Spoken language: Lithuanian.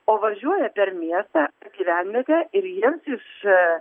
o važiuoja per miestą gyvenvietę ir jiems iš